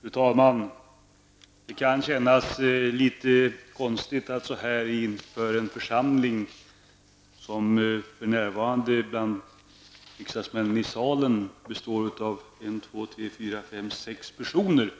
Fru talman! Det kan kännas litet konstigt att inför en församling som består av sex ledamöter